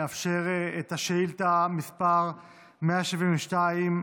נאפשר את שאילתה מס' 172,